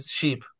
Sheep